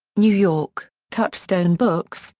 new york touchstone books,